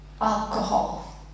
alcohol